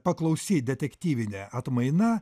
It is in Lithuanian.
paklausi detektyvinė atmaina